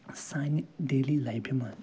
سانہِ ڈٮ۪لی لایفہِ منٛز